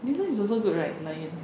this one is also good right lion